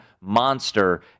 monster